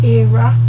era